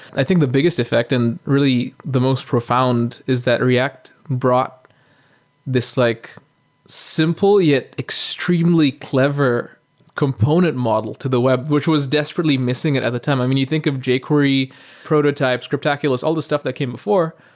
i think the biggest effect and really the most profound is that react brought this like simple yet extremely clever component model to the web, which was desperately missing at at the time. i mean, you think of jquery prototypes, script aculo us, all these stuff that came before,